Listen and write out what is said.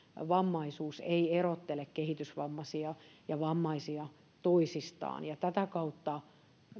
vammaisuus ei erottele kehitysvammaisia ja vammaisia toisistaan tätä kautta